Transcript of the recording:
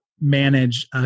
manage